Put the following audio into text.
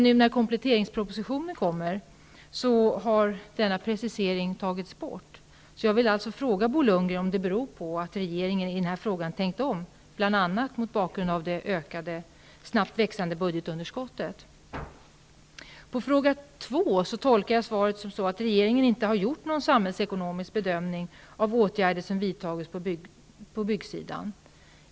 Nu när kompletteringspropositionen kommer har denna precisering tagits bort. Jag vill fråga Bo Lundgren om det beror på att regeringen har tänkt om i den här frågan, bl.a. mot bakgrund av det snabbt växande budgetunderskottet. Svaret på fråga 2 tolkar jag så att regeringen inte har gjort någon samhällsekonomisk bedömning av de åtgärder som vidtagits på byggsidan.